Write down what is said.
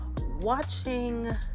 watching